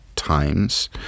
Times